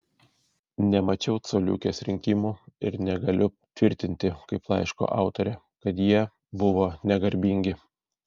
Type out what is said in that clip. nemačiau coliukės rinkimų ir negaliu tvirtinti kaip laiško autorė kad jie buvo negarbingi